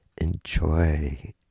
Enjoy